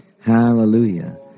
Hallelujah